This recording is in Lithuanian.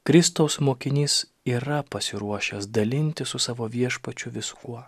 kristaus mokinys yra pasiruošęs dalintis su savo viešpačiu viskuo